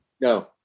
No